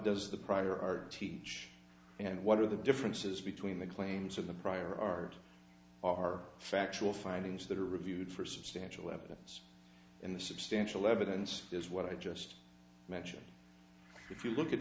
does the prior art teach and what are the differences between the claims of the prior art are factual findings that are reviewed for substantial evidence and the substantial evidence is what i just mentioned if you look at